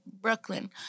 Brooklyn